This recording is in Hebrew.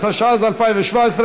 התשע"ז 2017,